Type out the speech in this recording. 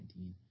2019